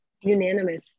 Unanimous